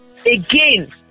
again